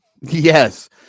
Yes